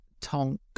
Tonk